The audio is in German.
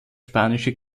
spanische